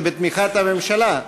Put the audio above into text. זה בתמיכת הממשלה.